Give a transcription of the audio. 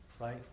Right